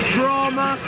drama